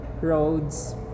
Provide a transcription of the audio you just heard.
roads